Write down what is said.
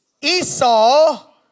Esau